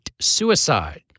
suicide